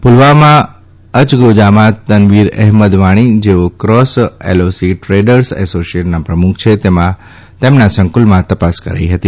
પુલવામા માં અયગોજામાં તનવીર અહેમદ વાણી જેઓ ક્રોસ એલઓસી ટ્રેડર્સ એસોસીએશનના પ્રમુખ છે તેમના સંકુલમાં તપાસ કરાઈ હતી